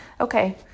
okay